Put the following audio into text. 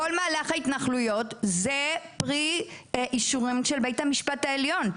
כל מהלך ההתנחלויות זה פרי אישורים של בית המשפט העליון,